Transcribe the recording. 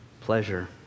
pleasure